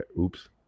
oops